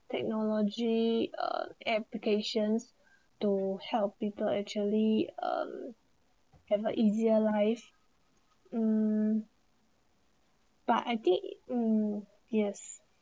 technology uh applications to help people actually uh have a easier life mm but I think mm yes